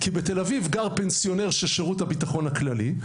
בתל אביב גר פנסיונר של שירות הביטחון הכללי,